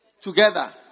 together